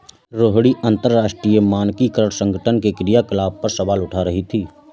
रोहिणी अंतरराष्ट्रीय मानकीकरण संगठन के क्रियाकलाप पर सवाल उठा रही थी